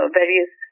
various